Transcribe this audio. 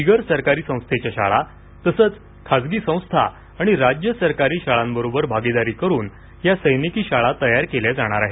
बिगर सरकारी संस्थेच्या शाळा तसंच खासगी संस्था आणि राज्य सरकारी शाळांबरोबर भागीदारी करून या सैनिकी शाळा तयार केल्या जाणार आहेत